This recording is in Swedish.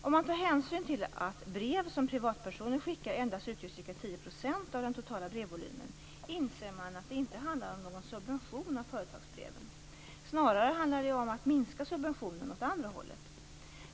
Om man tar hänsyn till att brev som privatpersoner skickar endast utgör ca 10 % av den totala brevvolymen inser man att det inte handlar om någon subvention av företagsbreven. Snarare handlar det om att minska subventionen åt andra hållet.